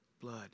blood